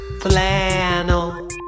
Flannel